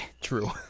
True